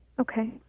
Okay